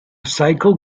cycle